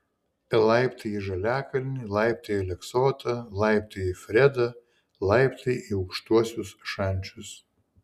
laiptai į žaliakalnį laiptai į aleksotą laiptai į fredą laiptai į aukštuosius šančius